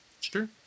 Sure